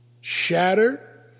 Shattered